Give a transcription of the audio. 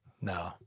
No